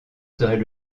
seraient